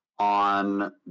on